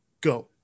Go